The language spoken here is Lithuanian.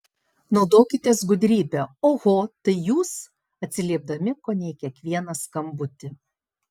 naudokitės gudrybe oho tai jūs atsiliepdami kone į kiekvieną skambutį